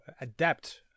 adapt